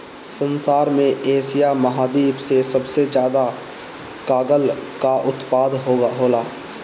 संसार में एशिया महाद्वीप से सबसे ज्यादा कागल कअ उत्पादन होला